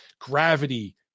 gravity